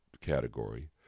category